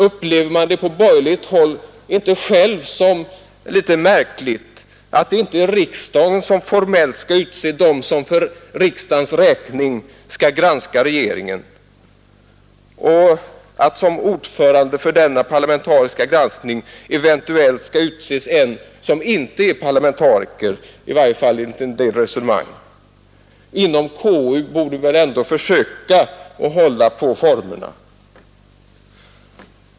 Upplever man det på borgerligt håll inte som lite märkligt att det inte är riksdagen som formellt skall utse dem som för riksdagens räkning skall granska regeringen och att som ordförande för denna parlamentariska granskning eventuellt skall utses en person som inte är parlamentariker? Inom konstitutionsutskottet borde vi väl ändå försöka hålla på formerna.